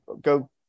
go –